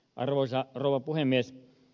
arvoisa rouva puhemies